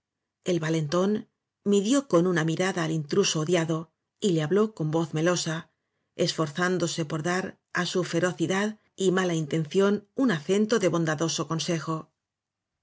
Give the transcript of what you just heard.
el valentón midió con una mirada al intruso odiado y le habló con voz melosa esforzándose por dar á su ferbsidad y mala intención un acento de bondadoso consejo